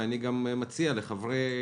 אני מציע לחברי